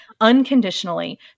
unconditionally